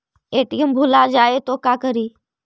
ATM भुला जाये त का करि?